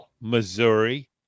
Missouri